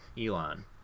elon